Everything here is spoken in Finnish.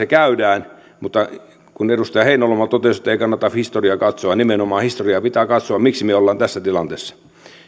käydään ja kun edustaja heinäluoma totesi että ei kannata historiaa katsoa niin nimenomaan historiaa pitää katsoa miksi me olemme tässä tilanteessa